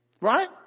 Right